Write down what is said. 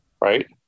right